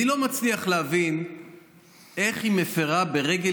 אני לא מצליח להבין איך היא מפירה ברגל